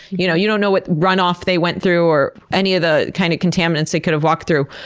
you know you don't know what runoff they went through, or any of the kind of contaminants they could have walked through.